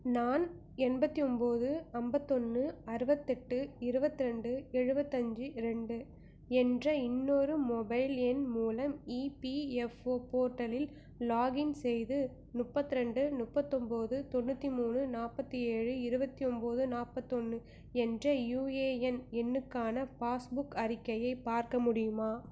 நான் எண்பத்தி ஒம்பது ஐம்பத்தொன்னு அறுபத்தெட்டு இருபத்ரெண்டு எழுவத்தஞ்சு ரெண்டு என்ற இன்னொரு மொபைல் எண் மூலம் இபிஎஃப்ஓ போர்ட்டலில் லாக்இன் செய்து முப்பத்ரெண்டு முப்பத்தொம்போது தொண்ணூற்றி மூணு நாற்பத்தி ஏழு இருபத்தி ஒம்பது நாற்பத்தொன்னு என்ற யூஏஏஎன் எண்ணுக்கான பாஸ்புக் அறிக்கையை பார்க்க முடியுமா